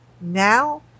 Now